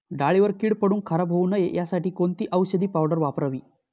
डाळीवर कीड पडून खराब होऊ नये यासाठी कोणती औषधी पावडर वापरावी?